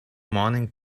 morning